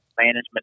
management